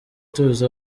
tuzi